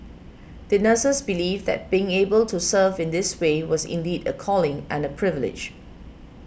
the nurses believed that being able to serve in this way was indeed a calling and a privilege